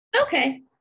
Okay